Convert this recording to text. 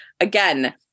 again